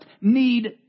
need